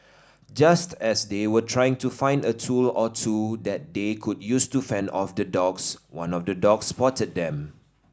just as they were trying to find a tool or two that they could use to fend off the dogs one of the dogs spotted them